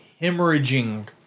hemorrhaging